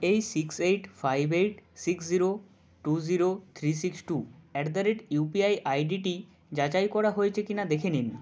এই six eight five eight six zero two zero three six two at the rate U P I আইডিটি যাচাই করা হয়েছে কি না দেখে নিন